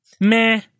Meh